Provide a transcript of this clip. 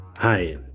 Hi